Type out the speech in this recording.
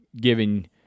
giving